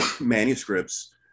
manuscripts